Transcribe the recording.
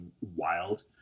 wild